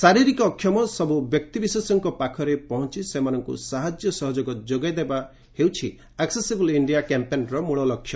ଶାରୀରିକ ଅକ୍ଷମ ସବୁ ବ୍ୟକ୍ତିବିଶେଷଙ୍କ ପାଖରେ ପହଞ୍ଚ ସେମାନଙ୍କୁ ସାହାଯ୍ୟ ସହଯୋଗ ଯୋଗାଇଦେବା ଆକ୍ସେସିବୁଲ୍ ଇଣ୍ଡିଆ କ୍ୟାମ୍ପେନ୍ର ଲକ୍ଷ୍ୟ